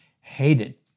Hated